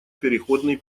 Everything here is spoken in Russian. переходный